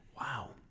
Wow